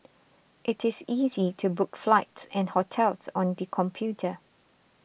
it is easy to book flights and hotels on the computer